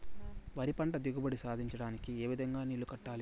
వరి పంట దిగుబడి సాధించడానికి, ఏ విధంగా నీళ్లు కట్టాలి?